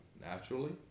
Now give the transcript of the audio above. naturally